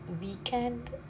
weekend